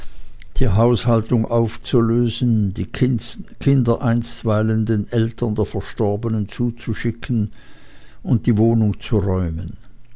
die haushaltung aufzulösen die kinder einstweilen den eltern der verstorbenen zuzuschicken und die wohnung zu räumen